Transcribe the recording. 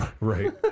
Right